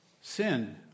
sin